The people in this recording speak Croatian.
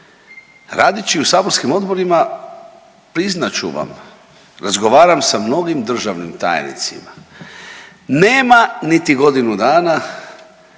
radeći u saborskim odborima priznat ću vam razgovaram sa mnogim državnim tajnicima, nema niti godinu dana